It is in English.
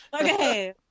Okay